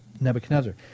Nebuchadnezzar